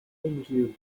vendido